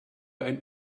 ein